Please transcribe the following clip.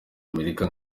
amerika